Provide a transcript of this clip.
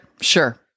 Sure